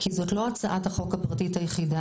זאת לא הצעת החוק הפרטית היחידה.